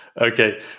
Okay